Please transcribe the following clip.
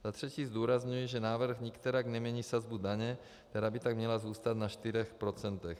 Za třetí zdůrazňuji, že návrh nikterak nemění sazbu daně, která by tak měla zůstat na čtyřech procentech.